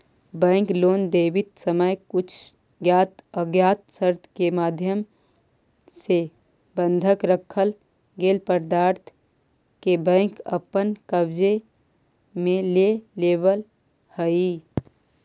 bank loan देवित समय कुछ ज्ञात अज्ञात शर्त के माध्यम से बंधक रखल गेल पदार्थ के बैंक अपन कब्जे में ले लेवऽ हइ